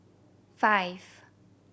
five